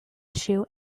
issue